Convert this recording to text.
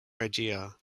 regia